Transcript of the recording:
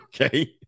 okay